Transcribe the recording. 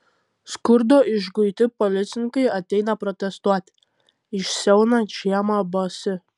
skurdo išguiti policininkai ateina protestuoti išsiauna žiemą basi